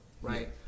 right